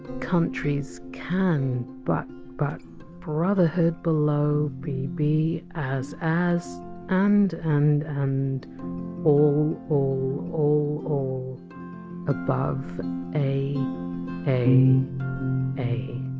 countries can but but brotherhood below be be as as and and and all all all all above a a a